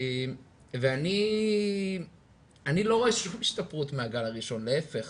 אני לא רואה השתפרות מהגל הראשון, להיפך.